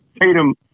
Tatum